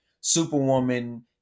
superwoman